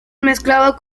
mezclado